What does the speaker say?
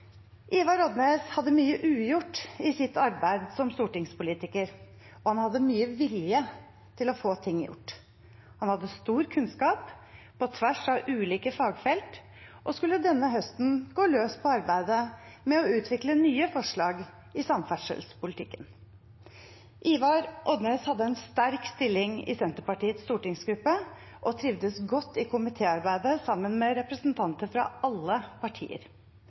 Ivar Odnes hadde mye ugjort i sitt arbeid som stortingspolitiker, og han hadde mye vilje til å få ting gjort. Han hadde stor kunnskap på tvers av ulike fagfelt og skulle denne høsten gå løs på arbeidet med å utvikle nye forslag i samferdselspolitikken. Ivar Odnes hadde en sterk stilling i Senterpartiets stortingsgruppe og trivdes godt i komitéarbeidet sammen med representanter fra alle partier.